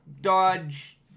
dodge